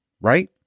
right